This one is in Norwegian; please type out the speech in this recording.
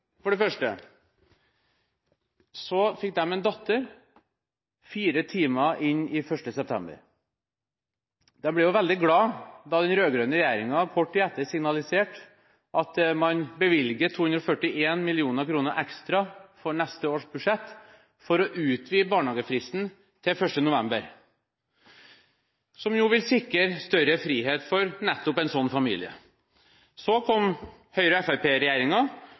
kort tid etterpå signaliserte at man bevilget 241 mill. kr ekstra for neste års budsjett for å utvide barnehagefristen til 1. november, som ville sikre større frihet for nettopp en slik familie. Så kom Høyre–Fremskrittsparti-regjeringen, og